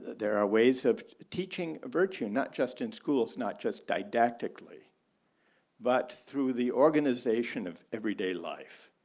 there are ways of teaching virtue not just in schools, not just didactically but through the organization of everyday life,